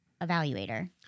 evaluator